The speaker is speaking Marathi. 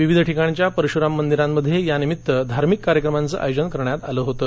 विविध ठिकाणच्या परशुराम मंदिरांमध्ये यानिमित्त धार्मिक कार्यक्रमांच आयोजन करण्यात आलं होतं